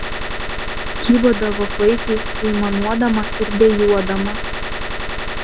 kybodavo klaikiai aimanuodama ir dejuodama